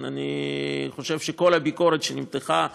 אני חושב שכל הביקורת שנמתחה עלינו,